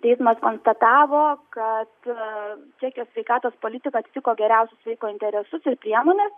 teismas konstatavo kad čekijos sveikatos politika atitiko geriausius vaiko interesus ir priemones